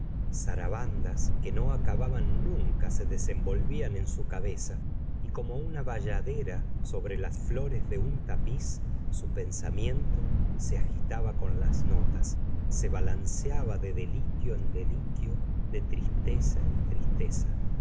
emma zarabandas que no acababan nunca se desenvolvían en su cabeza y como una bayadera sobre las flores de un tapiz su pensamiento se agitaba con las notas se balanceaba de deliquio en deliquio de tristeza en tristeza